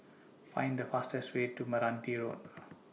Find The fastest Way to Meranti Road